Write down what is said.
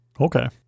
Okay